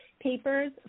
papers